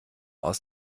aus